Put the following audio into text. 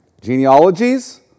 Genealogies